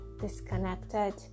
disconnected